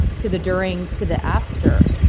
to the during to the after.